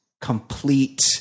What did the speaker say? complete